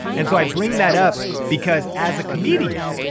and so i bring that up because as a comedian,